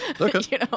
Okay